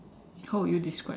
how would you describe